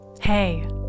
Hey